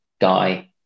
guy